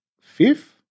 fifth